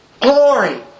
Glory